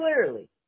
clearly